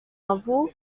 novel